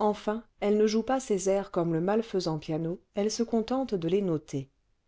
enfin elle ne joue pas ses airs comme le malfaisant piano elle se contente de les noter